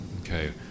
Okay